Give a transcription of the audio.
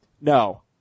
No